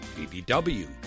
BBW